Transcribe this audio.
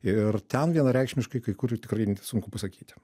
ir ten vienareikšmiškai kai kur tikrai sunku pasakyti